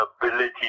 Ability